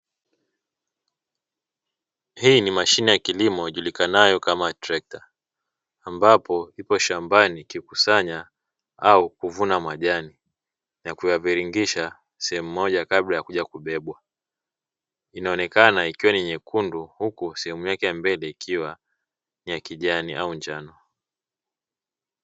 Hii ni mashine ya kilimo ijulikanayo kama trekta ambapo ipo shambani ikikusanya majani na kuyaviringisha sehemu moja kabla ya kuja kubebwa, inaonekana ikiwa ni nyekundu huku sehemu yake ya mbele ikiwa ya kijani au njano.